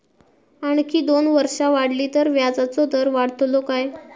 आणखी दोन वर्षा वाढली तर व्याजाचो दर वाढतलो काय?